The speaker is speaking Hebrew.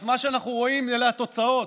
אז מה שאנחנו רואים אלה התוצאות.